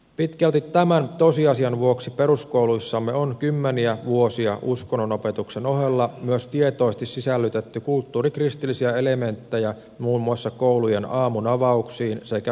pitkälti tämän tosiasian vuoksi peruskouluissamme on kymmeniä vuosia uskonnonopetuksen ohella myös tietoisesti sisällytetty kulttuurikristillisiä elementtejä muun muassa koulujen aamunavauksiin sekä joulu ja kevätjuhliin